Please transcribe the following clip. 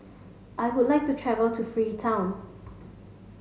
I would like to travel to Freetown